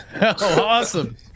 awesome